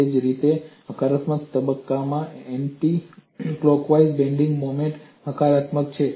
એ જ રીતે હકારાત્મક તબક્કામાં એન્ટિકલોકવાઇઝ બેન્ડિંગ મોમેન્ટ હકારાત્મક છે